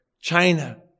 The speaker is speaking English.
China